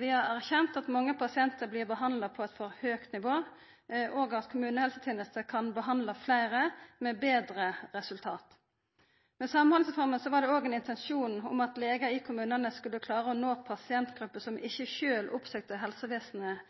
Vi har erkjent at mange pasientar blir behandla på eit for høgt nivå, og at kommunehelsetenesta kan behandla fleire med betre resultat. Med Samhandlingsreforma var det òg ein intensjon om at legar i kommunane skulle klara å nå pasientgrupper som ikkje sjølve oppsøkte helsevesenet,